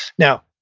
now,